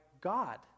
God